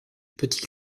petit